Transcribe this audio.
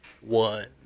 One